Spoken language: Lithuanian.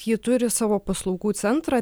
ji turi savo paslaugų centrą